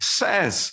says